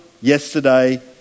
yesterday